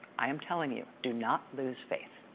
i am telling you, do not lose faith.